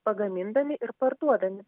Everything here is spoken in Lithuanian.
pagamindami ir parduodami